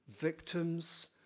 victims